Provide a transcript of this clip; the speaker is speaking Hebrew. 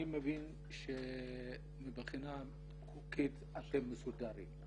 אני מבין שמבחינה חוקית אתם מסודרים.